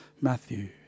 Matthew